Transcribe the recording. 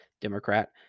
Democrat